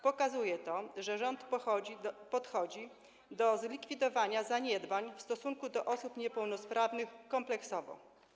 Pokazuje to, że rząd podchodzi do zlikwidowania zaniedbań w stosunku do osób niepełnosprawnych kompleksowo.